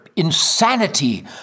Insanity